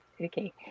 Okay